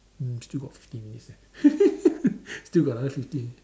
mm still got fifteen minutes leh still got another fifteen